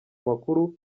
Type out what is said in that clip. amakuru